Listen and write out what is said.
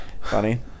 funny